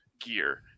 gear